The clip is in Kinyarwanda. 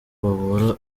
babura